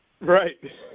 Right